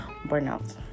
burnout